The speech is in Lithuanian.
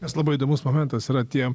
nes labai įdomus momentas yra tie